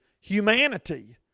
humanity